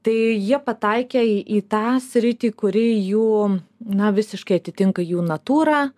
tai jie pataikė į tą sritį kuri jų na visiškai atitinka jų natūrą